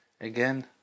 again